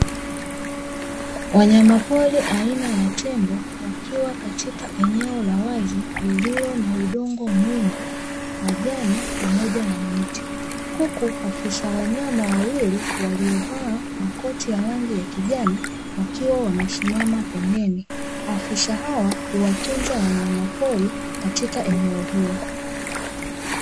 Wanyamapori aina ya tembo, wakiwa katika eneo la wazi lililo na udongo mwingi, majani pamoja na miti, huku afisa wanyama wawili waliovaa makoti ya rangi ya kijani, wakiwa wamesimama pembeni. Afisa hawa huwatunza wanyama pori katika eneo hilo.